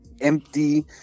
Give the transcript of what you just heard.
empty